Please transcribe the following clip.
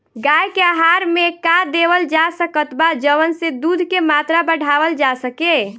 गाय के आहार मे का देवल जा सकत बा जवन से दूध के मात्रा बढ़ावल जा सके?